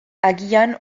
agian